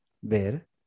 ver